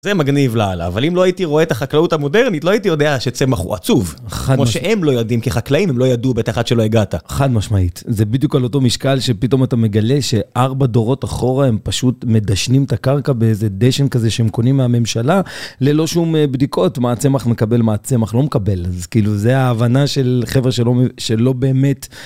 זה מגניב לאלה אבל אם לא הייתי רואה את החקלאות המודרנית לא הייתי יודע שצמח הוא עצוב, כמו שהם לא יודעים כי חקלאים הם לא ידעו בטח עד שלא הגעת. חד משמעית, זה בדיוק על אותו משקל שפתאום אתה מגלה ש-4 דורות אחורה הם פשוט מדשנים את הקרקע באיזה דשן כזה שהם קונים מהממשלה ללא שום בדיקות מה הצמח מקבל מה הצמח לא מקבל, אז כאילו זה ההבנה של חבר'ה שלא באמת.